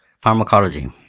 Pharmacology